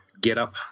get-up